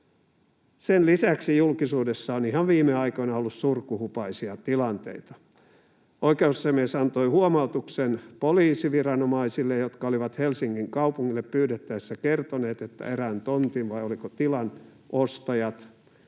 Sen lisäksi julkisuudessa on ihan viime aikoina ollut surkuhupaisia tilanteita: Oikeusasiamies antoi huomautuksen poliisiviranomaisille, jotka olivat Helsingin kaupungille pyydettäessä kertoneet, että erään tontin, vai oliko tilan, ostajat